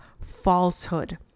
falsehood